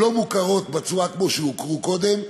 לא מוכרות בצורה שהוכרו קודם.